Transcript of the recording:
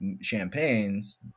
champagnes